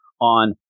on